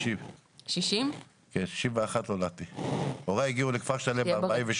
אני בן 60. נולדתי בשנת 1961. הורי הגיעו לכפר שלם ב-1948.